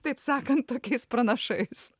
taip sakant tokiais pranašais